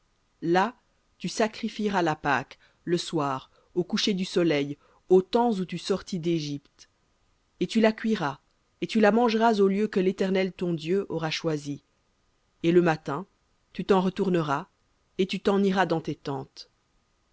là tu sacrifieras la pâque le soir au coucher du soleil au temps où tu sortis dégypte et tu la cuiras et la mangeras au lieu que l'éternel ton dieu aura choisi et le matin tu t'en retourneras et tu t'en iras dans tes tentes